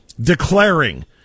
declaring